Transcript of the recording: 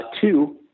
Two